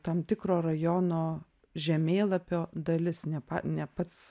tam tikro rajono žemėlapio dalis ne ne pats